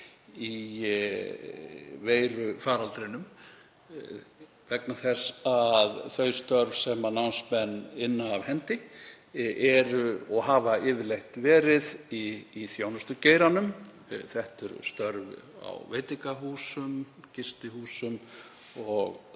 í veirufaraldrinum vegna þess að þau störf sem námsmenn inna af hendi eru og hafa yfirleitt verið í þjónustugeiranum. Þetta eru störf á veitingahúsum, gistihúsum og